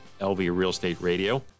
lvrealestateradio